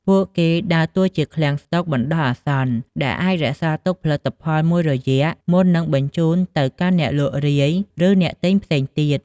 ពួកគេដើរតួជា "ឃ្លាំងស្តុក" បណ្តោះអាសន្ន ដែលអាចរក្សាទុកផលិតផលមួយរយៈមុននឹងបញ្ជូនទៅកាន់អ្នកលក់រាយ ឬអ្នកទិញផ្សេងទៀត។